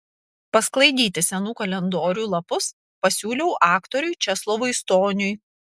pasklaidyti senų kalendorių lapus pasiūliau aktoriui česlovui stoniui